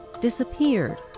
disappeared